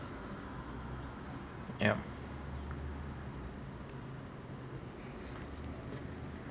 yup